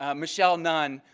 ah michelle nunn,